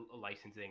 licensing